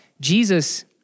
Jesus